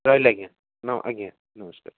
ରହିଲି ଆଜ୍ଞା ଆଜ୍ଞା ନମସ୍କାର